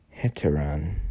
heteran